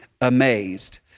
amazed